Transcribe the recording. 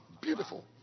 Beautiful